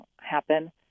happen